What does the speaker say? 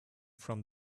from